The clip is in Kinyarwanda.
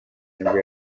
nibwo